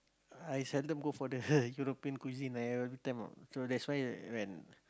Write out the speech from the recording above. I seldom go for the European cuisine so that's why when